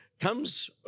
comes